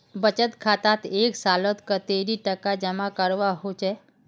बचत खातात एक सालोत कतेरी टका जमा करवा होचए?